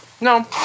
No